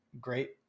great